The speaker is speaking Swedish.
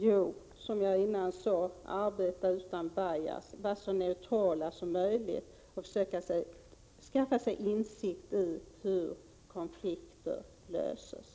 Jo, den kan arbeta utan bias, vara så neutral som möjligt och försöka skaffa sig insikt i hur konflikter löses.